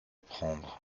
prendre